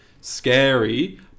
scary